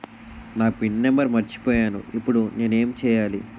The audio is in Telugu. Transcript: నా పిన్ నంబర్ మర్చిపోయాను ఇప్పుడు నేను ఎంచేయాలి?